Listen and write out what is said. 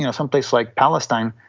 you know some place like palestine,